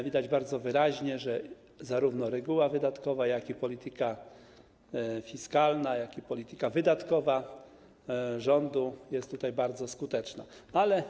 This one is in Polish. Widać bardzo wyraźnie, że zarówno reguła wydatkowa, polityka fiskalna, jak i polityka wydatkowa rządu są tutaj bardzo skuteczne.